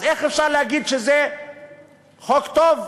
אז איך אפשר להגיד שזה חוק טוב?